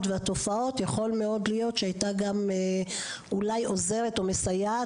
והתופעות הייתה יכולה לעזור או לסייע,